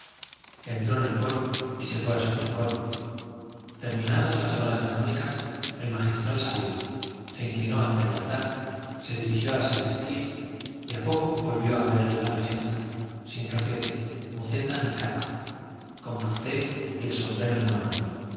entró en el coro y se fue a su rincón terminadas las horas canónicas el magistral salió se inclinó ante el altar se dirigió a la sacristía y a poco volvió a verle la regenta sin roquete muceta ni capa con manteo y el sombrero en la mano